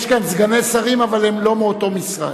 יש כאן סגני שרים, אבל הם לא מאותו משרד.